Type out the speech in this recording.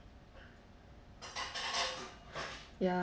ya